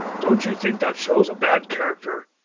don't you think that shows a bad character?